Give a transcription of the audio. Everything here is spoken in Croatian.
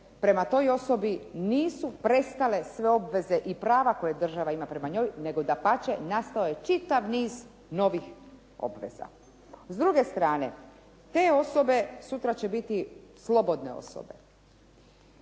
prema toj osobi nisu prestale sve obveze i prava koje država ima prema njoj nego dapače, nastao je čitav niz novih obveza. S druge strane, te osobe sutra će biti slobodne osobe.